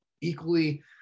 equally